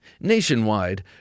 Nationwide